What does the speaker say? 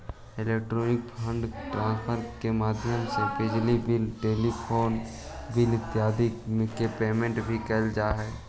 electronic fund transfer के माध्यम से बिजली बिल टेलीफोन बिल इत्यादि के पेमेंट भी कैल जा हइ